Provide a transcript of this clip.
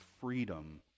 freedom